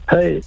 Hey